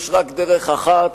יש רק דרך אחת,